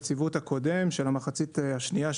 שהזוכים בהם הם ממעמד הביניים.